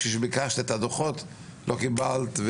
כשביקשת את הדו"חות לא קיבלת,